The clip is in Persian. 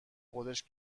خودش